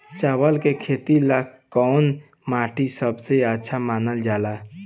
चावल के खेती ला कौन माटी सबसे अच्छा मानल जला?